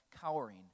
cowering